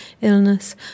illness